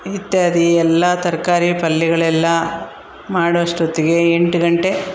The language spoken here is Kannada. ಇತ್ಯಾದಿ ಎಲ್ಲ ತರಕಾರಿ ಪಲ್ಯಗಳೆಲ್ಲ ಮಾಡೊ ಅಷ್ಟೊತ್ತಿಗೆ ಎಂಟು ಗಂಟೆ